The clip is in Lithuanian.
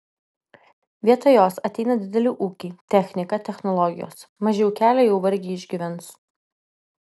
vietoj jos ateina dideli ūkiai technika technologijos maži ūkeliai jau vargiai išgyvens